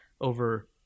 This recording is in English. over